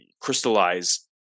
crystallize